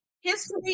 history